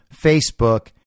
Facebook